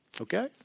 okay